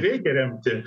reikia remti